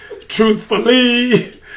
truthfully